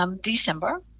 December